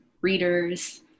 readers